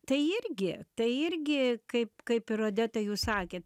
tai irgi tai irgi kaip kaip ir odeta jūs sakėt